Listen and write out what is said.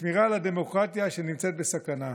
ולשמירה על הדמוקרטיה שנמצאת בסכנה.